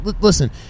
Listen